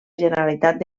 generalitat